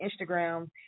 Instagram